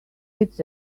it’s